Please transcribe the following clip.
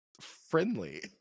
friendly